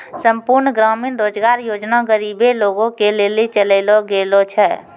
संपूर्ण ग्रामीण रोजगार योजना गरीबे लोगो के लेली चलैलो गेलो छै